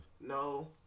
No